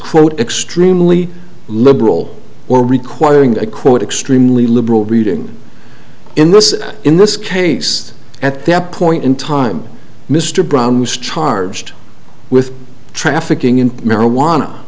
quote extremely liberal or requiring a quote extremely liberal reading in this in this case at that point in time mr brown was charged with trafficking in marijuana